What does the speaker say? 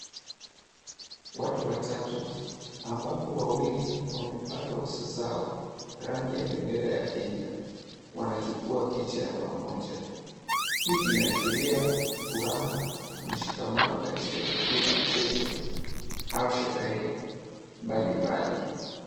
Watu watatu, ambapo wawili wamepaka uso zao, rangi ya bendera ya Kenya. Wanachukua picha ya pamoja. Hii inaashiria furaha na mshikamano katika tukio la mchezo au sherehe mbalimbali.